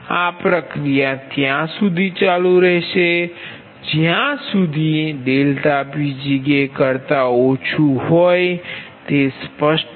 આ પ્રક્રિયા ત્યાં સુધી ચાલુ રહેશે જ્યા સુધી ∆PgK કરતાં ઓછુ હોય તે સ્પષ્ટ છે